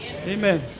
Amen